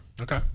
Okay